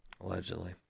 allegedly